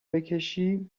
بکشی